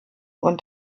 und